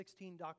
16